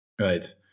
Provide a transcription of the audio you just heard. Right